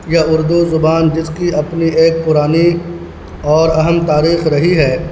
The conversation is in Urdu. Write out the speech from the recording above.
یہ اردو زبان جس کی اپنی ایک پرانی اور اہم تاریخ رہی ہے